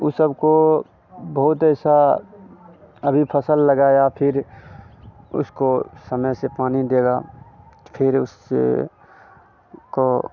ऊ सब को बहुत ऐसा अभी फसल लगाया फ़िर उसको समय से पानी देगा फ़िर उससे को